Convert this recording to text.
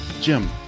Jim